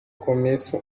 começo